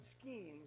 schemes